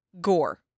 gore